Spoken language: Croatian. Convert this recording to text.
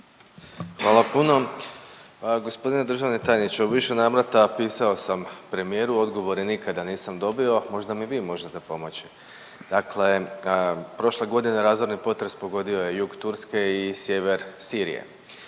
Hvala puno. Gospodine državni tajniče u više navrata pisao sam premijeru, odgovore nikada nisam dobio. Možda mi vi možete pomoći. Dakle, prošle godine razorni potres pogodio je jug Turske i sjever Sirije.